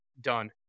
done